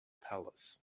palace